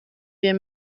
wir